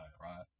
right